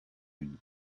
une